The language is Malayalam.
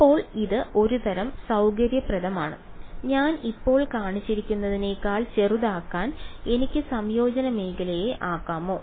ഇപ്പോൾ ഇത് ഒരുതരം സൌകര്യപ്രദമാണ് ഞാൻ ഇപ്പോൾ കാണിച്ചിരിക്കുന്നതിനേക്കാൾ ചെറുതാക്കാൻ എനിക്ക് സംയോജന മേഖലയെ ആക്കാമോ